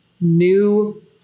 new